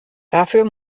dafür